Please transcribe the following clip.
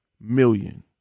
million